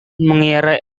mengira